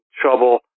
trouble